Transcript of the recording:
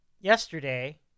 yesterday